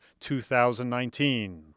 2019